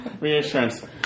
Reassurance